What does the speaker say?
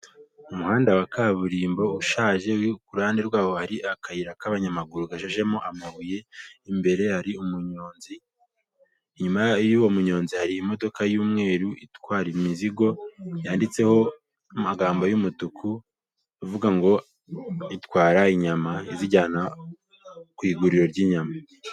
Umuhanda wa kaburimbo ushaje, ku ruhande rwawo hari akayira k'abanyamaguru gajejemo amabuye, imbere hari umunyonzi, inyuma y'uwo munyonzi hari imodoka y'umweru itwara imizigo, yanditseho amagambo y'umutuku uvuga ngo itwara inyama, izijyana ku iguriro ry'inyama.